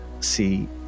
see